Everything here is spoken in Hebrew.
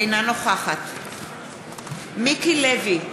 אינה נוכחת מיקי לוי,